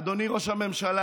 אדוני ראש הממשלה,